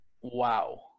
Wow